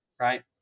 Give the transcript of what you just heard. Right